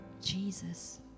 jesus